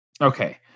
Okay